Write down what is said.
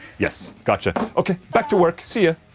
yes, gotcha. okay back to work, see ah